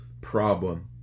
problem